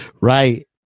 Right